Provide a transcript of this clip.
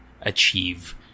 achieve